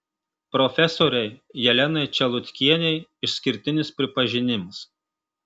profesorei jelenai čelutkienei išskirtinis pripažinimas